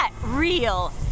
real